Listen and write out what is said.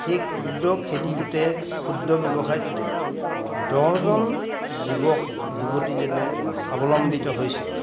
সেই ক্ষুদ্ৰ খেতিটোতে ক্ষুদ্ৰ ব্যৱসায়টোতে দহজন যুৱক যুৱতী যেনে স্বাৱলম্বিত হৈছে